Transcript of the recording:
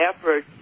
effort